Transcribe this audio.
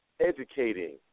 educating